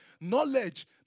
knowledge